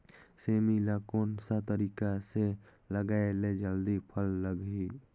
सेमी ला कोन सा तरीका से लगाय ले जल्दी फल लगही?